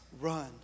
run